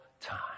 time